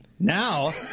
Now